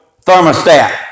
thermostat